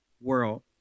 world